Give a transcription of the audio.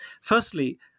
firstly